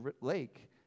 lake